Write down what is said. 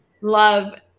love